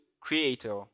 Creator